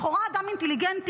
לכאורה אדם אינטליגנטי,